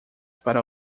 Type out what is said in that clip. para